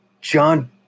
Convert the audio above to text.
John